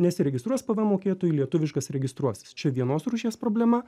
nesiregistruos pvm mokėtoju lietuviškas registruosis čia vienos rūšies problema